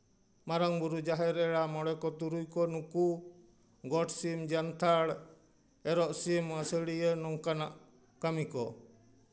ᱢᱟᱨᱟᱝ ᱵᱳᱨᱳ ᱡᱟᱦᱮᱨ ᱮᱨᱟ ᱢᱚᱬᱮ ᱠᱚ ᱛᱩᱨᱩᱭ ᱠᱚ ᱱᱩᱠᱩ ᱜᱚᱴ ᱥᱤᱢ ᱡᱟᱱᱛᱷᱟᱲ ᱮᱨᱚᱜ ᱥᱤᱢ ᱟᱹᱥᱟᱹᱲᱤᱭᱟᱹ ᱱᱚᱝᱠᱟᱱᱟᱜ ᱠᱟᱹᱢᱤ ᱠᱚ